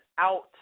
out